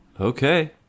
Okay